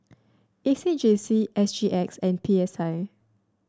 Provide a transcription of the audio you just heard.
A C J C S G X and P S I